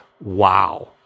Wow